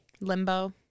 Limbo